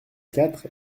quatre